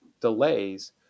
delays